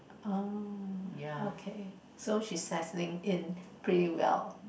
oh okay so she settling in pretty well